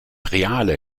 reale